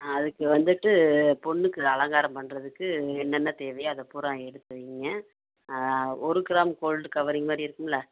அதுக்கு வந்துட்டு பொண்ணுக்கு அலங்காரம் பண்ணுறதுக்கு என்னென்ன தேவையோ அதை பூராக எடுத்து வைங்க ஒரு கிராம் கோல்டு கவரிங் மாதிரி இருக்கும்ல